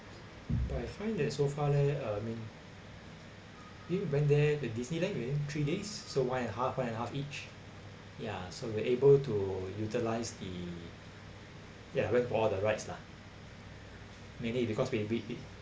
but I find that so far there uh mean we went there to Disneyland within three days so one and a half one and a half each ya so we're able to utilise the ya went for all the rides lah maybe because when you beat it